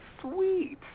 sweet